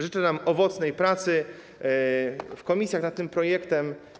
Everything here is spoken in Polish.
Życzę nam owocnej pracy w komisjach nad tym projektem.